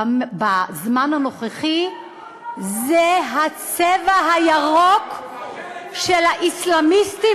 בזמן הנוכחי זה הצבע הירוק של האסלאמיסטים